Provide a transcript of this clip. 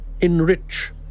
enrich